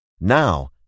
Now